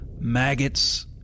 maggots